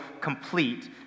complete